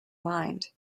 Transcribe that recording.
mind